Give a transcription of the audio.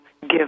give